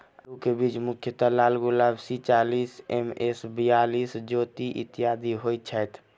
आलु केँ बीज मुख्यतः लालगुलाब, सी चालीस, एम.एस बयालिस, ज्योति, इत्यादि होए छैथ?